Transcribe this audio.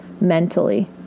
mentally